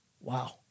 Wow